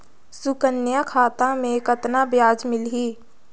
सुकन्या खाता मे कतना ब्याज मिलही?